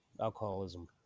alcoholism